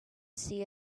see